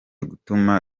gutuma